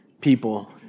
people